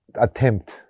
attempt